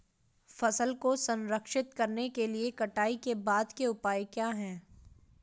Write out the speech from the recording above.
फसल को संरक्षित करने के लिए कटाई के बाद के उपाय क्या हैं?